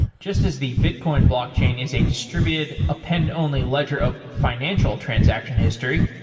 just as the bitcoin blockchain is a distributed append-only ledger of financial transaction history,